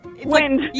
Wind